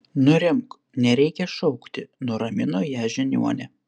nurimk nereikia šaukti nuramino ją žiniuonė